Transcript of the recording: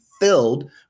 filled